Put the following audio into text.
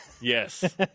Yes